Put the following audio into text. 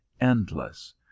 endless